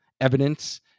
evidence